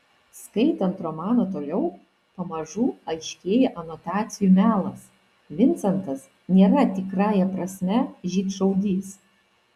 skaitant romaną toliau pamažu aiškėja anotacijų melas vincentas nėra tikrąja prasme žydšaudys